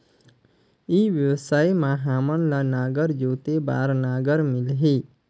ई व्यवसाय मां हामन ला नागर जोते बार नागर मिलही?